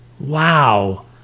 Wow